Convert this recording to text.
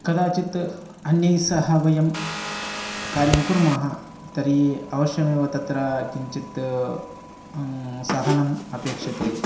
कदाचित् अन्यैस्सह वयं कार्यं कुर्मः तर्हि अवश्यमेव तत्र किञ्चित् सहनम् अपेक्षते